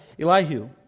Elihu